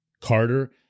Carter